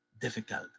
difficult